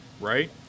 Right